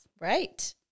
Right